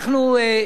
אדוני היושב-ראש,